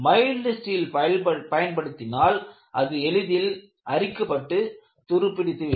mild steel பயன்படுத்தினால் அது எளிதில் அரிக்கப்பட்டு துருப்பிடித்துவிடும்